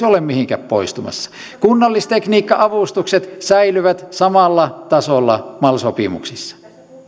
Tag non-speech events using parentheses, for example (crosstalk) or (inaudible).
(unintelligible) ole mihinkään poistumassa kunnallistekniikka avustukset säilyvät samalla tasolla mal sopimuksissa